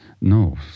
no